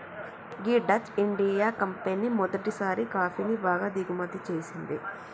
గీ Dutch India company మొదటిసారి కాఫీని బాగా దిగుమతి చేసింది